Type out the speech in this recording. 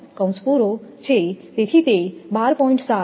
7 kV આવી રહી છે